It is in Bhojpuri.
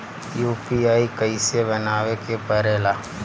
यू.पी.आई कइसे बनावे के परेला?